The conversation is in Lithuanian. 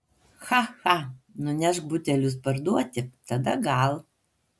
cha cha nunešk butelius parduoti tada gal